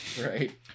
Right